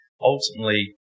ultimately